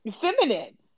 feminine